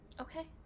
Okay